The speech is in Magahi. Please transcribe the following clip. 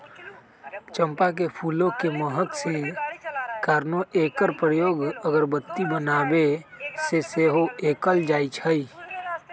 चंपा के फूल के महक के कारणे एकर प्रयोग अगरबत्ती बनाबे में सेहो कएल जाइ छइ